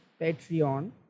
Patreon